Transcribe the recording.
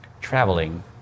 traveling